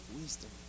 wisdom